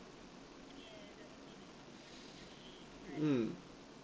mm